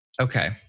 Okay